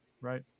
Right